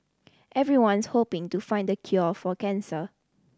everyone's hoping to find the cure for cancer